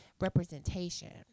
representation